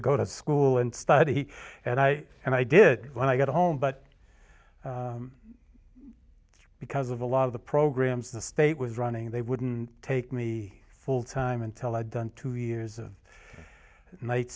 to go to school and study and i and i did when i got home but because of a lot of the programs the state was running they wouldn't take me full time until i'd done two years of